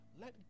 let